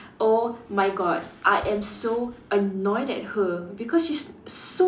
oh my god I am so annoyed at her because she's so